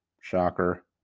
shocker